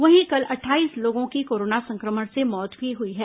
वहीं कल अट्ठाईस लोगों की कोरोना संक्रमण से मौत भी हुई है